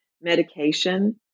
medication